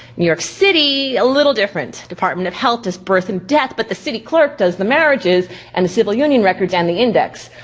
new york city, a little different. department of health does birth and death, but the city clerk does the marriages and the civil union records and the index.